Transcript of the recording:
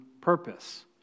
purpose